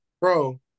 bro